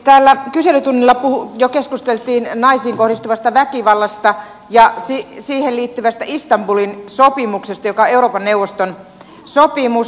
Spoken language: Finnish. täällä kyselytunnilla jo keskusteltiin naisiin kohdistuvasta väkivallasta ja siihen liittyvästä istanbulin sopimuksesta joka on euroopan neuvoston sopimus